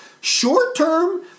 short-term